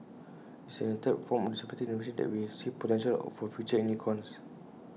it's in this third form of disruptive innovation that we see potential for future unicorns